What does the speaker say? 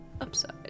upside